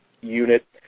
unit